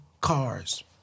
cars